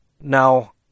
Now